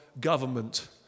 government